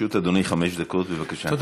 לרשות אדוני חמש דקות, בבקשה.